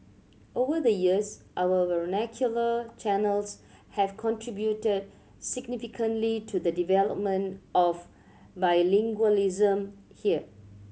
over the years our vernacular channels have contributed significantly to the development of bilingualism here